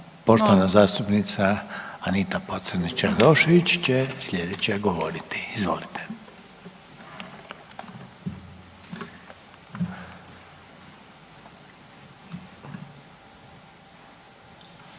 Poštovana zastupnica Anita Pocrnić Radošević će slijedeća govoriti. Izvolite.